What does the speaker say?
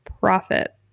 profit